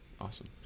Awesome